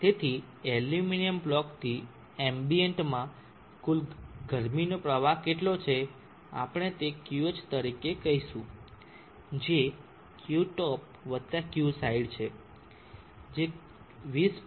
તેથી એલ્યુમિનિયમ બ્લોકથી એમ્બિયન્ટમાં કુલ ગરમીનો પ્રવાહ કેટલો છે આપણે તે Qh તરીકે કહીશું જે Qtop વત્તા Qside છે જે 20